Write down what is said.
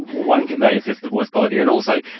one, can they assess the voice quality and also,